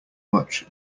much